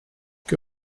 que